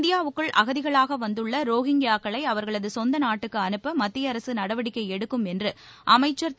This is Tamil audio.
இந்தியாவுக்குள் அகதிகளாக வந்துள்ள ரோஹிங்கியாக்களை அவர்களது சொந்த நாட்டுக்கு அனுப்ப மத்திய அரசு நடவடிக்கை எடுக்கும் என்று அமைச்சர் திரு